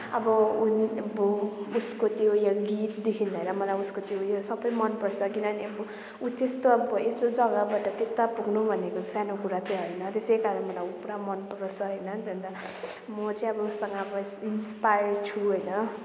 अब ऊ अब उसको त्यो यो गीतदेखि लिएर मलाई उसको त्यो यो सबै मनपर्छ किनभने अब ऊ त्यस्तो अब यस्तो जग्गाबाट त्यता पुग्नु भनेको सानो कुरा चाहिँ होइन त्यसै कारणले मलाई ऊ पूरा मनपर्छ होइन त्यहाँदेखि त म चाहिँ अब ऊसँग अब इन्सपाइर छु होइन